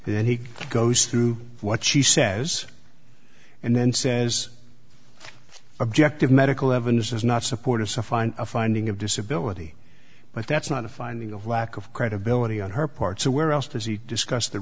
then he goes through what she says and then says objective medical evidence is not supportive so find a finding of disability but that's not a finding of lack of credibility on her part so where else does he discuss the